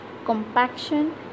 Compaction